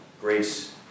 grace